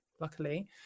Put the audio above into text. luckily